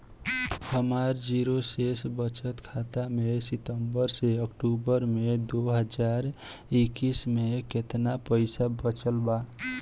हमार जीरो शेष बचत खाता में सितंबर से अक्तूबर में दो हज़ार इक्कीस में केतना पइसा बचल बा?